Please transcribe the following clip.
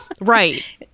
right